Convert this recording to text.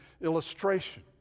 illustration